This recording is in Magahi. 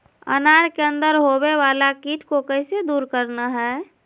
अनार के अंदर होवे वाला कीट के कैसे दूर करना है?